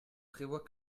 prévoit